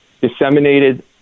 disseminated